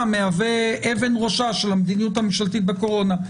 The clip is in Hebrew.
הוא מהווה אבן ראשה של המדיניות הממשלתית בקורונה.